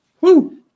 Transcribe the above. Woo